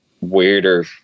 weirder